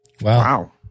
Wow